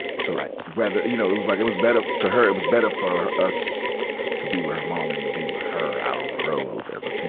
so whether, you know, it was like, it was better, to her, it was better for her, us to be with her mom than and to be with her out on the road as a teen,